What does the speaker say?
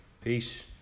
peace